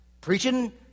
preaching